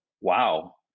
wow